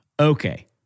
okay